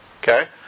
Okay